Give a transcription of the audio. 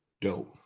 Dope